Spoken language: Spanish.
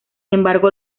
embargo